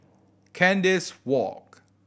Kandis Walk